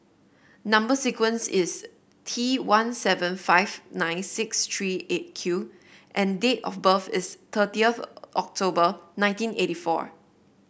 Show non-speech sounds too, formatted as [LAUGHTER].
number sequence is T one seven five nine six three Eight Q and date of birth is thirty [HESITATION] October nineteen eighty four